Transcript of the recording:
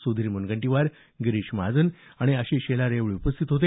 सुधीर मुनगंटीवार गिरीश महाजन आणि आशिष शेलार यावेळी उपस्थित होते